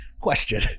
Question